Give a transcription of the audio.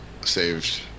saved